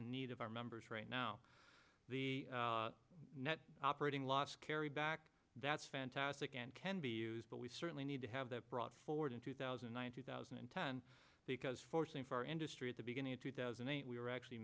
and need of our members right now the net operating loss carry back that's fantastic and can be used but we certainly need to have that brought forward in two thousand and nine two thousand and ten because for same for our industry at the beginning of two thousand and eight we are actually